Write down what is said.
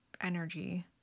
energy